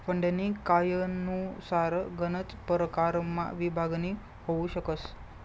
फंडनी कायनुसार गनच परकारमा विभागणी होउ शकस